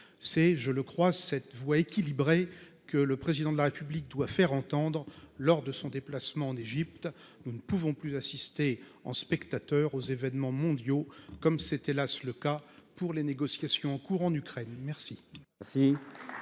C’est, je le crois, cette voix équilibrée que le Président de la République doit faire entendre lors de son prochain déplacement en Égypte. Nous ne pouvons plus assister en spectateurs aux événements mondiaux, comme c’est, hélas ! le cas pour les négociations en cours sur l’Ukraine. La